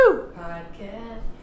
podcast